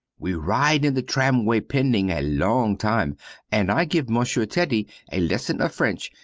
we ride in the tramway pending a long time and i give monsieur teddy a lesson of french,